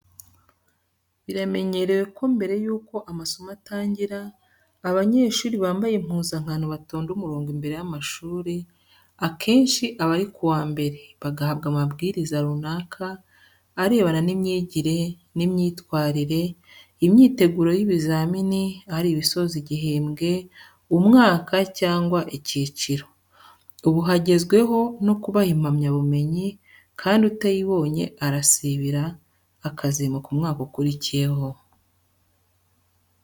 Biramenyerewe ko mbere y'uko amasomo atangira, abanyeshuri bambaye impuzankano batonda umurongo imbere y'amashuri, akenshi aba ari ku wa mbere, bagahabwa amabwiriza runaka arebana n'imyigire n'imyitwarire, imyiteguro y'ibizamini, ari ibisoza igihembwe, umwaka cyangwa icyiciro. Ubu hagezweho no kubaha impamyabumenyi kandi utayibonye arasibira, akazimuka umwaka ukurikiyeho.